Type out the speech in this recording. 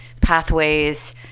pathways